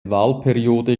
wahlperiode